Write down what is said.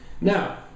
Now